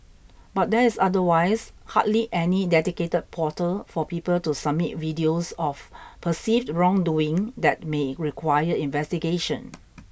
but there is otherwise hardly any dedicated portal for people to submit videos of perceived wrongdoing that may require investigation